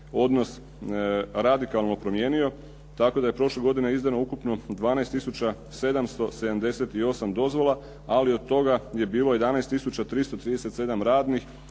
odnos radikalno promijenio tako da je prošle godine izdano ukupno 12 tisuća 778 dozvola ali od toga je bilo 11 tisuća 337 radnih